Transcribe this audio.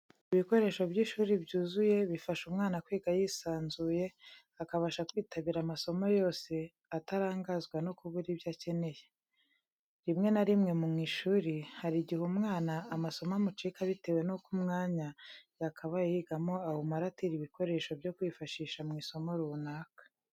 Ibikoresho by'ishuri byuzuye, bifasha umwana kwiga yisanzuye, akabasha kwitabira amasomo yose atarangazwa no kubura ibyo akeneye. Rimwe na rimwe mu ishuri hari igihe umwana amasomo amucika bitewe nuko umwanya yakabaye yigamo awumara atira ibikoresho byo kwifashisha mu isomo runaka.